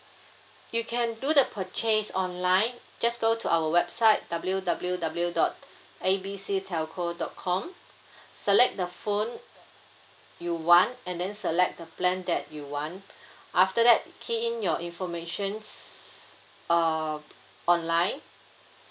you can do the purchase online just go to our website W W W dot A B C telco dot com select the phone you want and then select the plan that you want after that key in your informations uh online